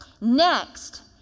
Next